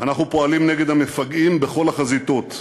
אנחנו פועלים נגד המפגעים בכל החזיתות.